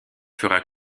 fera